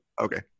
Okay